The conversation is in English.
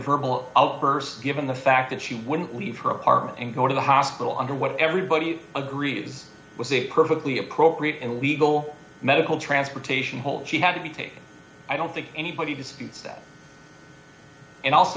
verbal outbursts given the fact that she wouldn't leave her apartment and go to the hospital under what everybody agrees was a perfectly appropriate and legal medical transportation hole she had to be taken i don't think anybody disputes that and also